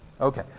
Okay